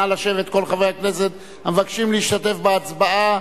נא לשבת, כל חברי הכנסת המבקשים להשתתף בהצבעה.